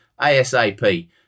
ASAP